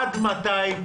עד מתי?